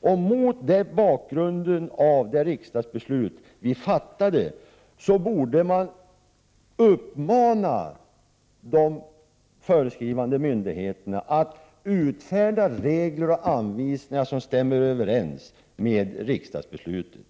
och mot bakgrund av det riksdagsbeslut vi har fattat borde man uppmana de föreskrivande myndigheterna att utfärda regler och anvisningar som stämmer överens med riksdagsbeslutet.